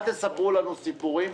אל תספרו לנו סיפורים.